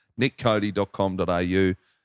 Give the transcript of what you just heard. NickCody.com.au